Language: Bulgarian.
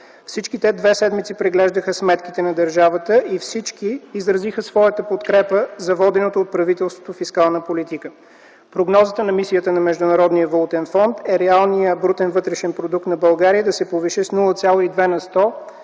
Всички те две седмици преглеждаха сметките на държавата и изразиха своята подкрепа за водената от правителството фискална политика. Прогнозата на Мисията на Международния валутен фонд е реалният брутен вътрешен продукт на България да се повиши с 0,2 на сто